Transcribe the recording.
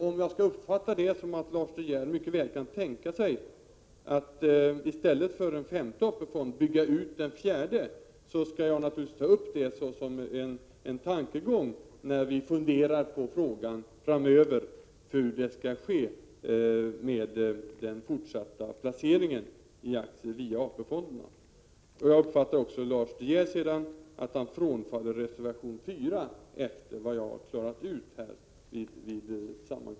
Om Lars De Geer mycket väl kan tänka sig att i stället för en femte AP-fond bygga ut den fjärde, skall jag naturligtvis ta upp det som en möjlighet när vi framöver funderar på frågan hur de fortsatta placeringarna i aktier via AP-fonderna skall ske. Jag uppfattar sedan att Lars De Geer frånfaller reservation 4, efter vad jag har klarat ut här.